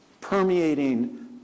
permeating